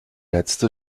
letzte